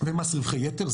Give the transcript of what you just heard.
ומס רווחי יתר,